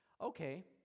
okay